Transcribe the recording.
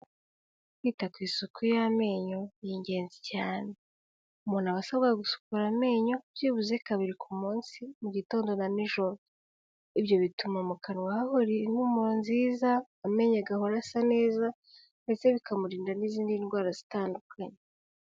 Kwita ku isuku y'amenyo ni ingenzi cyane, umuntu aba asabwa gusukura amenyo byibuze kabiri ku munsi mu gitondo na n'ijoro, ibyo bituma mu kanwa hahora impumuro nziza, amenya agahora asa neza ndetse bikamurinda n'izindi ndwara zitandukanye.